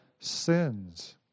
sins